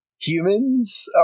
humans